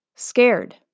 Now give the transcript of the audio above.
Scared